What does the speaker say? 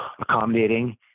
accommodating